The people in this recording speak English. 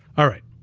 alright,